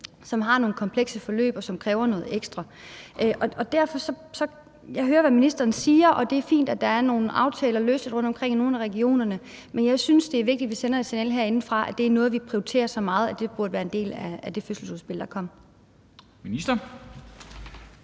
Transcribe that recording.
som har nogle komplekse forløb, og som kræver noget ekstra. Jeg hører, hvad ministeren siger, og det er fint, at der er nogle aftaler rundtomkring i nogle af regionerne, men jeg synes, det er vigtigt, vi sender et signal herindefra om, at det er noget, vi prioriterer så meget, at det burde være en del af det fødselsudspil, der kom. Kl.